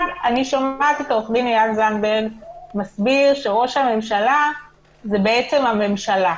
אני שומעת את עו"ד איל זנדברג מסביר שראש הממשלה זה בעצם הממשלה.